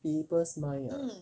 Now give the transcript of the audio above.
people's mind ah